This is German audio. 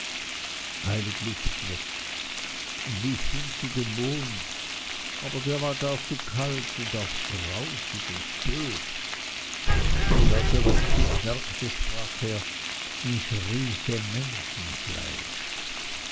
eilig lief es weg und lief hin zu dem mond aber der war gar zu kalt und auch grausig und bös und als er das kind merkte sprach er ich rieche rieche menschenfleisch